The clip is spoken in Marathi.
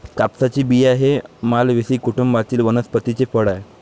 कापसाचे बिया हे मालवेसी कुटुंबातील वनस्पतीचे फळ आहे